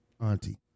Auntie